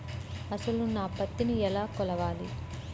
అసలు నా పత్తిని ఎలా కొలవాలి?